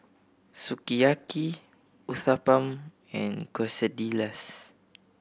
Sukiyaki Uthapam and Quesadillas